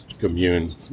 commune